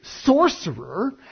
sorcerer